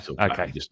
Okay